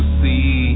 see